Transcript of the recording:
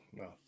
no